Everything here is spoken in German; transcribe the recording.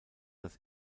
das